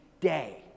day